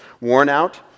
worn-out